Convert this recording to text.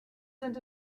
sind